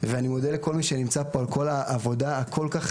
ואני מודה לכל מי שנמצא פה על כל העבודה הכול כך